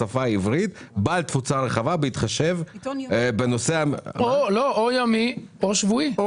בשפה העברית ובעל תפוצה רחבה בהתחשב בנושא -- או יומי או שבועי.